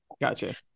Gotcha